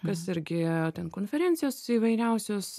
kas irgi ten konferencijos įvairiausios